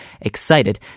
Excited